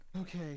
Okay